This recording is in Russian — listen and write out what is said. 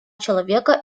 человека